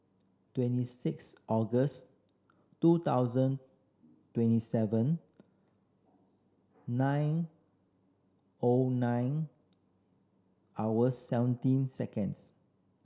twenty six August two thousand twenty seven nine O nine hours seventeen seconds